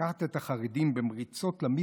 לקחת את החרדים במריצות למזבלה.